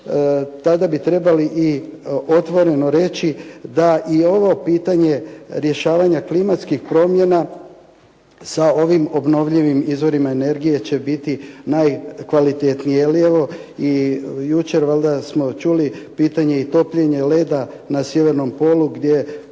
tada bi trebali i otvoreno reći da i ovo pitanje rješavanja klimatskih promjena sa ovim obnovljivim izvorima energije će biti najkvalitetniji. Jer i evo i jučer valjda smo čuli pitanje i topljenje leda na Sjevernom polu gdje